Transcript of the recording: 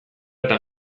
eta